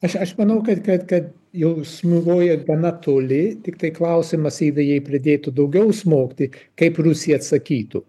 aš aš manau kad kad kad jau smūgiuoja gana toli tiktai klausimas yra jei pradėtų daugiau smogti kaip rusija atsakytų